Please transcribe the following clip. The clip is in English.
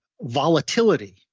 volatility